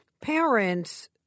parents